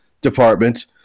department